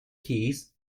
keys